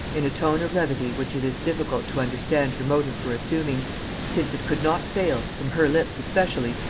in a tone of levity which it is difficult to understand her motive for assuming since it could not fail, from her lips especially,